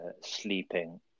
sleeping